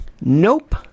Nope